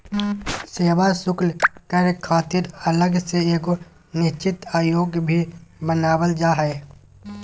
सेवा शुल्क कर खातिर अलग से एगो निश्चित आयोग भी बनावल जा हय